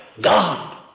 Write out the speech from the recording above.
God